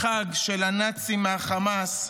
החג של הנאצים מהחמאס,